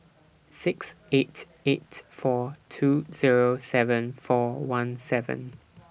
six eight eight four two Zero seven four one seven